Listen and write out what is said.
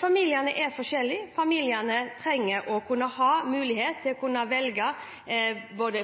Familiene er forskjellige, familiene trenger å ha mulighet til å kunne velge